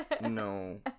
No